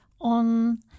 on